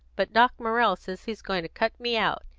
but doc morrell says he's going to cut me out.